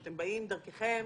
הם באים דרככם